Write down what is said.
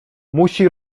musi